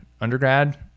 undergrad